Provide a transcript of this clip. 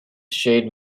shade